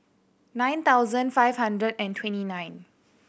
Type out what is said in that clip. nine thousand five hundred and twenty nine